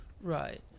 Right